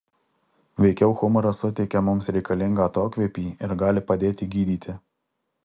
veikiau humoras suteikia mums reikalingą atokvėpį ir gali padėti gydyti